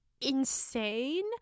insane